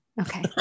Okay